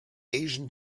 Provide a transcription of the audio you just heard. asian